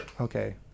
okay